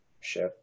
ship